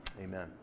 amen